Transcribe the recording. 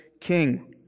king